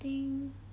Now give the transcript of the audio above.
think